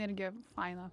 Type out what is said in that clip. irgi faina